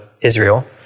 Israel